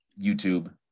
YouTube